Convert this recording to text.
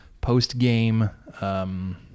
post-game